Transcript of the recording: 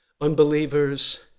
Unbelievers